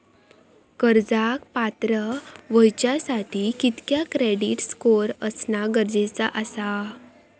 कर्जाक पात्र होवच्यासाठी कितक्या क्रेडिट स्कोअर असणा गरजेचा आसा?